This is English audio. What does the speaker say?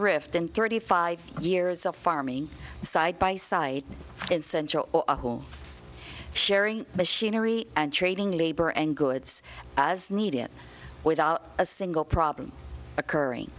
rift in thirty five years of farming side by side in central sharing machinery and trading labor and goods as needed without a single problem occurring